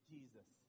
Jesus